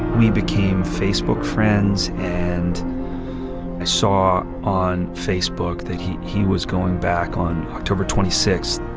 we became facebook friends. and i saw on facebook that he he was going back on october twenty six,